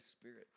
Spirit